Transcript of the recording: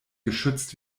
geschützt